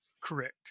Correct